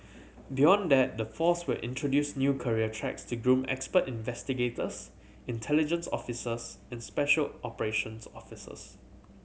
beyond that the force will introduce new career tracks to groom expert investigators intelligence officers and special operations officers